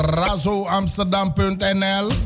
razoamsterdam.nl